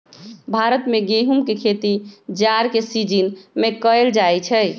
भारत में गेहूम के खेती जाड़ के सिजिन में कएल जाइ छइ